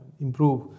improve